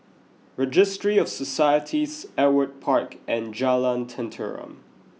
Registry of Societies Ewart Park and Jalan Tenteram